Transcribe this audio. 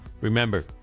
Remember